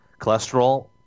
cholesterol